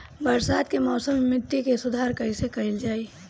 बरसात के मौसम में मिट्टी के सुधार कईसे कईल जाई?